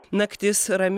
naktis rami